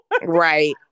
Right